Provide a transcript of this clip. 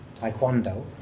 Taekwondo